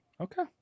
Okay